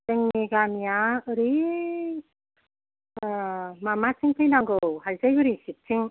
जोंनि गामिया ओरै माबाथिं फैनांगौ हाइथायगुरि सायद थिं